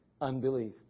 Unbelief